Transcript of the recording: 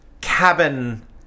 cabin